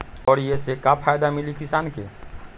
और ये से का फायदा मिली किसान के?